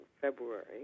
february